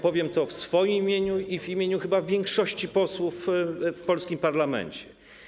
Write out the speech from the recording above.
Powiem to w imieniu swoim i w imieniu chyba większości posłów w polskim parlamencie.